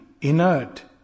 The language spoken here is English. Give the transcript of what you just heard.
inert